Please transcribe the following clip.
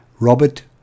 Robert